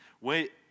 wait